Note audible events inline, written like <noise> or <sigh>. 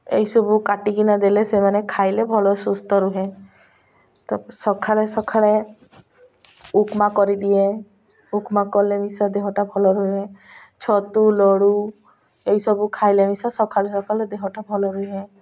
ଏଇସବୁ କାଟିକିନା ଦେଲେ ସେମାନେ ଖାଇଲେ ଭଲ ସୁସ୍ଥ ରୁହେ ତାପ ସକାଳେ ସକାଳେ ଉପମା କରିଦିଏ ଉପମା କଲେ <unintelligible> ଦେହଟା ଭଲ ରୁହେ ଛତୁ ଲଡ଼ୁ ଏଇସବୁ ଖାଇଲେ ସକାଳେ ସକାଳୁ ଦେହଟା ଭଲ ରୁହେ